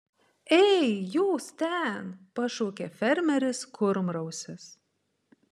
ei jūs ten pašaukė fermeris kurmrausis